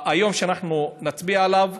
היום אנחנו נצביע עליו,